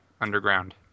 Underground